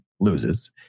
loses